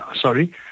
sorry